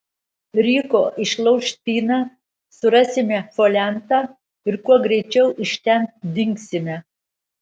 ryko išlauš spyną surasime foliantą ir kuo greičiau iš ten dingsime